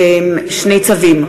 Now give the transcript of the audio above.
שני צווים.